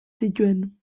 zituen